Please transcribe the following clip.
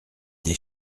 des